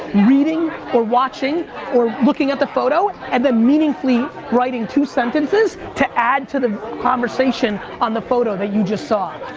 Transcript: reading and watching or looking at the photo, and then meaningfully writing two sentences to add to the conversation on the photo that you just saw.